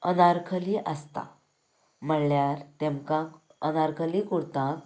अनारकली आसता म्हळ्यार तेमकां अनारकली कुर्ता